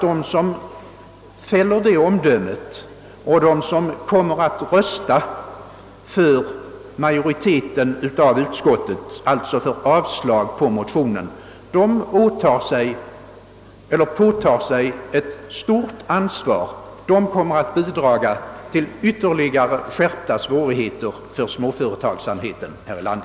De som fäller detta omdöme och de som kommer att rösta för utskottsmajoritetens hemställan — alltså för avslag på motionen — påtar sig ett stort ansvar. De kommer att bidraga till ytterligare skärpta svårigheter för småföretagsamheten här i landet.